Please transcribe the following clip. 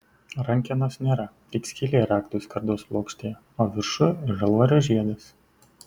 rankenos nėra tik skylė raktui skardos plokštėje o viršuj žalvario žiedas